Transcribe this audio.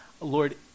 Lord